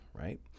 right